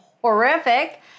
horrific